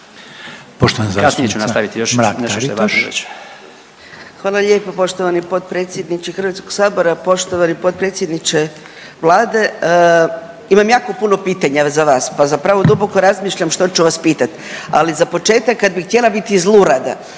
Poštovana zastupnica Mrak Taritaš.